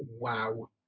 wow